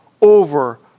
over